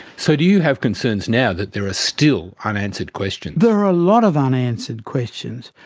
so do you have concerns now that there are still unanswered questions? there are a lot of unanswered questions.